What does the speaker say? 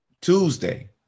Tuesday